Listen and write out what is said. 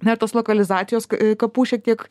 na ir tos lokalizacijos kapų šiek tiek